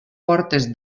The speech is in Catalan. portes